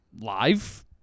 live